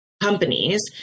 companies